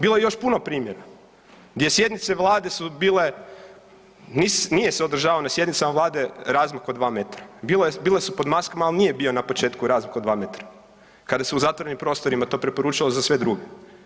Bilo je još puno primjera gdje sjednice Vlade su bile, nije se održavao na sjednicama Vlade razmak od 2 metra, bile su pod maskama, ali nije bio na početku razmak od 2 metra kada se u zatvorenim prostorima to preporučalo za sve druge.